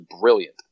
brilliant